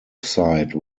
side